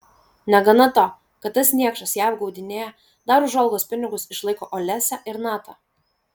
negana to kad tas niekšas ją apgaudinėja dar už olgos pinigus išlaiko olesią ir natą